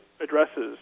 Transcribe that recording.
addresses